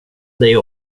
dig